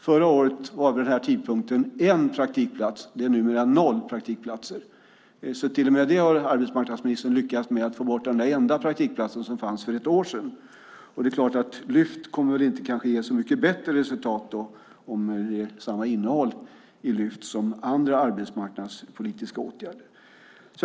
Förra året fanns det vid den här tidpunkten en praktikplats. Det är numera noll praktikplatser. Till och med den där enda praktikplatsen som fanns för ett år sedan har arbetsmarknadsministern lyckats få bort. Lyftet kanske inte kommer att ge så mycket bättre resultat om det är samma innehåll i Lyftet som i andra arbetsmarknadspolitiska åtgärder.